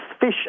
fish